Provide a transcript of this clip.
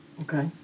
Okay